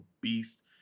beast